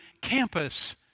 campus